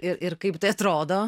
ir ir kaip tai atrodo